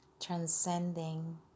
transcending